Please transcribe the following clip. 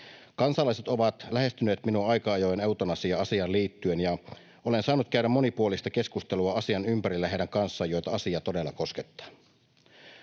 Kansalaiset ovat lähestyneet minua aika ajoin eutanasia-asiaan liittyen, ja olen saanut käydä monipuolista keskustelua asian ympärillä niiden kanssa, joita asia todella koskettaa.